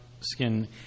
skin